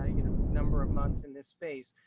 ah you know, number of months in this space.